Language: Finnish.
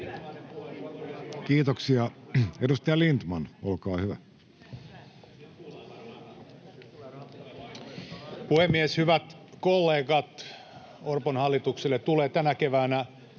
Kiitoksia. — Edustaja Lindtman, olkaa hyvä.